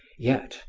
yet,